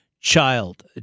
Child